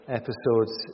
episodes